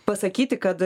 pasakyti kad